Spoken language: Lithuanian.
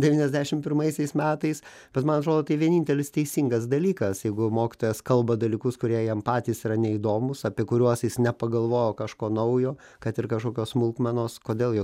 devyniasdešimt pirmaisiais metais bet man atrodo tai vienintelis teisingas dalykas jeigu mokytojas kalba dalykus kurie jam patys yra neįdomūs apie kuriuos jis nepagalvojo kažko naujo kad ir kažkokios smulkmenos kodėl jo